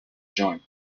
joint